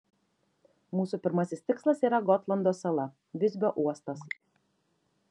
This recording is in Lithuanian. mūsų pirmasis tikslas yra gotlando sala visbio uostas